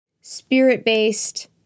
Spirit-based